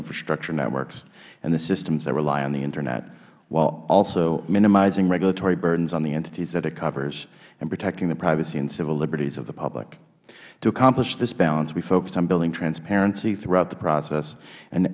infrastructure networks and the systems that rely on the internet while also minimizing regulatory burdens on the entities that it covers and protecting the privacy and civil liberties of the public to accomplish this balance we focused on building transparencies throughout the process